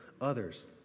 others